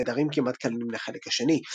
ונעדרים כמעט כליל מן החלק השני.